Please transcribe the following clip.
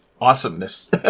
awesomeness